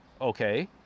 Okay